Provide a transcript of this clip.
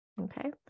Okay